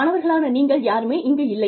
மாணவர்களான நீங்கள் யாருமே இங்கு இல்லை